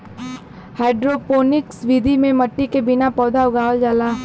hydroponics विधि में मट्टी के बिना पौधा उगावल जाला